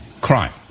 Crime